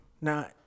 Now